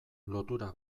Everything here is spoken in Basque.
lotura